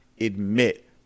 admit